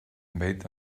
made